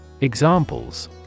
Examples